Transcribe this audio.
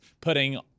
putting